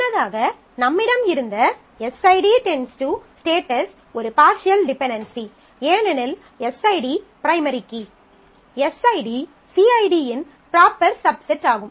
முன்னதாக நம்மிடம் இருந்த எஸ்ஐடி → ஸ்டேட்டஸ் ஒரு பார்ஷியல் டிபென்டென்சி ஏனெனில் SID primary key SID CID யின் ப்ராப்பர் சப்செட் ஆகும்